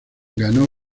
ganó